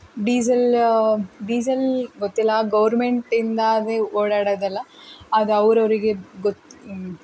ಡೀಸೆಲ್ಲ diesel ಗೊತ್ತಿಲ್ಲ ಗೌರ್ಮೆಂಟಿಂದನೇ ಓಡಾಡೋದೆಲ್ಲ ಆಗ ಅವ್ರು ಅವರಿಗೆ ಗೊತ್ತು